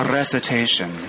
recitation